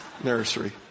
nursery